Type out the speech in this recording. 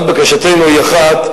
בקשתנו היא רק אחת: